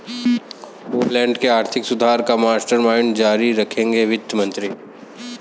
Poland के आर्थिक सुधार का मास्टरमाइंड जारी रखेंगे वित्त मंत्री